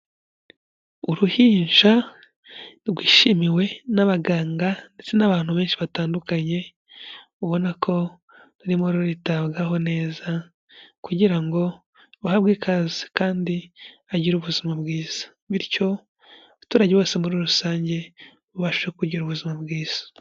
Uruhinja rwishimiwe n'abaganga ndetse n'abantu benshi batandukanye ubona ko rurimo ruritabwaho neza kugira ngo bahabwe ikaze kandi agire ubuzima bwiza, bityo abaturage bose muri rusange babashe kugira ubuzima bwiza.